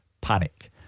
Panic